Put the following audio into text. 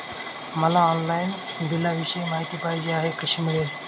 मला ऑनलाईन बिलाविषयी माहिती पाहिजे आहे, कशी मिळेल?